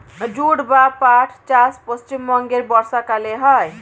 jute বা পাট চাষ পশ্চিমবঙ্গে বর্ষাকালে হয়